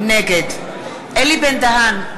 נגד אלי בן-דהן,